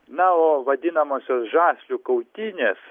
na o vadinamosios žaslių kautynės